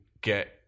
get